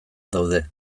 daude